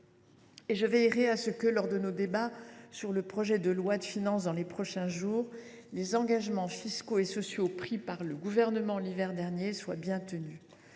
Et je veillerai à ce que, lors de nos débats sur le projet de loi de finances dans les prochains jours, les engagements fiscaux et sociaux pris par le Gouvernement l’hiver dernier soient tenus.